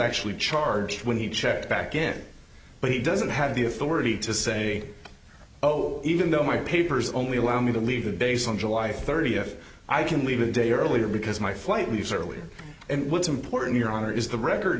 actually charged when he checked back in but he doesn't have the authority to say oh even though my papers only allow me to leave the base on july thirtieth i can leave a day earlier because my flight leaves early and what's important your honor is the record